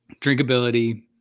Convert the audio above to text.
Drinkability